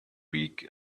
week